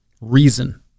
Reason